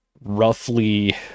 roughly